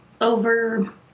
over